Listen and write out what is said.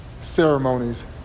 ceremonies